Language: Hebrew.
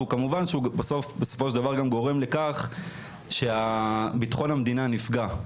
וכמובן שהוא בסופו של דבר גם גורם לכך שבטחון המדינה נפגע.